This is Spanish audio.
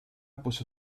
puso